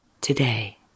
today